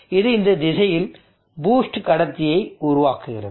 இது இந்த திசையில் பூஸ்ட் கடத்தியை உருவாக்குகிறது